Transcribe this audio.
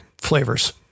flavors